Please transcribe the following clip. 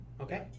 Okay